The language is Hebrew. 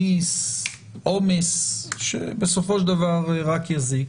נעמיס עומס שבסופו של דבר רק יזיק,